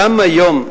גם היום,